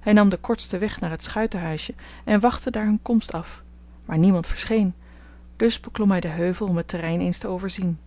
hij nam den kortsten weg naar het schuitenhuisje en wachtte daar hun komst af maar niemand verscheen dus beklom hij den heuvel om het terrein eens te overzien